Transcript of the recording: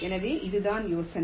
எனவே இதுதான் யோசனை